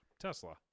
Tesla